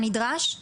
שם נדרשת